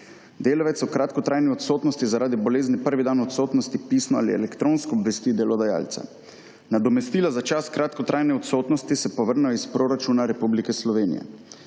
Delavcev v kratkotrajni odsotnosti zaradi bolezni prvi dan odsotnosti pisno ali elektronsko obvesti delodajalca. Nadomestila za čas kratkotrajne odsotnosti se povrnejo iz proračuna Republike Slovenije.